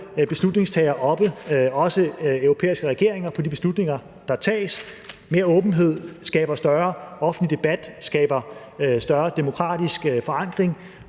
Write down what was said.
beslutningstagere, også europæiske regeringer, op på de beslutninger, der tages. Mere åbenhed skaber større offentlig debat og større demokratisk forankring,